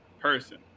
person